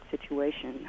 situation